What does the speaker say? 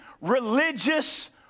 religious